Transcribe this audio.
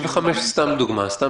אז אפשר לראות גם פה ש-63% ביום חמישי.